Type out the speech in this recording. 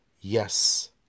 yes